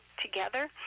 together